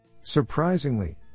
Surprisingly